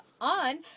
on